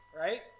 right